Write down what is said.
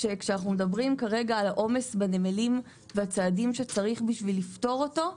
וכשאנחנו מדברים כרגע על העומס בנמלים והצעדים שצריך בשביל לפתור אותו,